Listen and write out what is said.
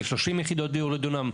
בשלושים יחידות דיור לדונם,